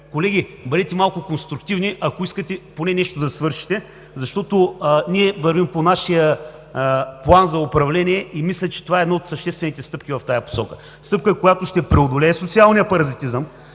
Колеги, бъдете малко конструктивни, ако искате поне нещо да свършите, защото ние вървим по нашия план за управление и мисля, че това е една от съществените стъпки в тази посока. Стъпка, която ще преодолее социалния паразитизъм,